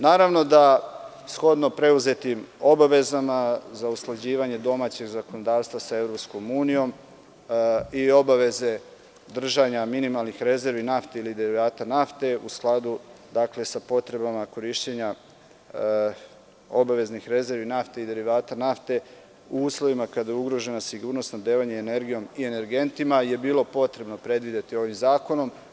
Naravno da, shodno preuzetim obavezama za usklađivanje domaćeg zakonodavstva sa EU i obaveze držanja minimalnih rezervi nafte ili derivata nafte u skladu sa potrebama korišćenja obaveznih rezervi nafte i derivata nafte u uslovima kada je ugroženo sigurno snabdevanje energijom i energentima, je bilo potrebno predvideti ovim zakonom.